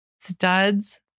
Studs